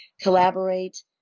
Collaborate